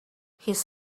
his